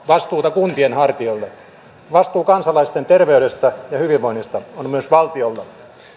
vastuuta kuntien hartioille vastuu kansalaisten terveydestä ja hyvinvoinnista on myös valtiolla